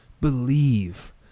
Believe